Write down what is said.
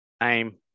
Name